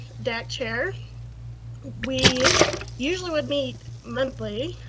that chair we usually would meet monthly.